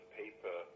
paper